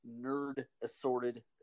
nerd-assorted